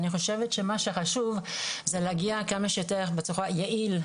אני חושבת שמה שחשוב הוא להגיע בצורה יעילה